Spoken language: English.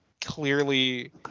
clearly